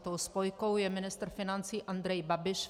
Tou spojkou je ministr financí Andrej Babiš.